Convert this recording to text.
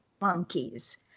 monkeys